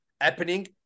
happening